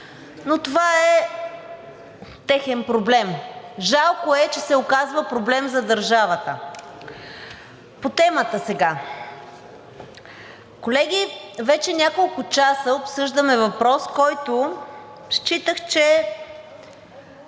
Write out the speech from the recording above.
но това е техен проблем. Жалко е, че се оказва проблем за държавата. По темата сега. Колеги, вече няколко часа обсъждаме въпрос, който считах, че